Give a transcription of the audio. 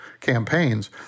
campaigns